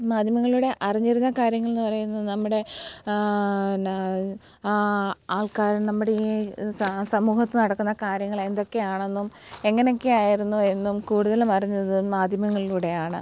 മാധ്യമങ്ങളിലൂടെ അറിഞ്ഞിരുന്ന കാര്യങ്ങളെന്ന് പറയുന്നത് നമ്മുടെ എന്നാൽ ആ ആൾക്കാർ നമ്മുടെ ഈ സ സമൂഹത്ത് നടക്കുന്ന കാര്യങ്ങളെന്തൊക്കെ ആണെന്നും എങ്ങനെയൊക്കെ ആയിരുന്നുവെന്നും കൂടുതലും അറിഞ്ഞത് മാധ്യമങ്ങളിലൂടെയാണ്